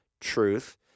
truth